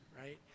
right